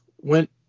went